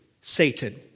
Satan